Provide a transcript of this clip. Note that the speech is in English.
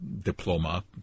diploma